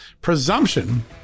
presumption